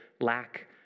lack